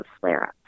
flare-up